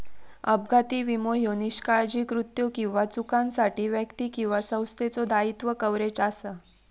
अपघाती विमो ह्यो निष्काळजी कृत्यो किंवा चुकांसाठी व्यक्ती किंवा संस्थेचो दायित्व कव्हरेज असा